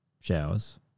showers